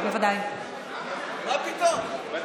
הוא לא יכול.